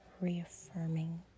reaffirming